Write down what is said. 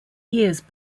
years